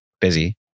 Busy